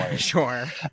Sure